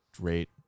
great